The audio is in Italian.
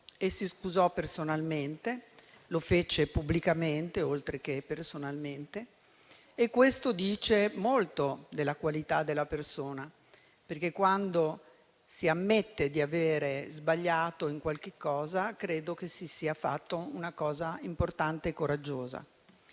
e si scusò personalmente (lo fece pubblicamente oltre che personalmente) e questo dice molto della qualità della persona, perché quando si ammette di aver sbagliato in qualche cosa, credo che si faccia una cosa importante e coraggiosa